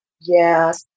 Yes